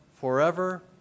forever